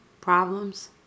problems